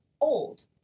old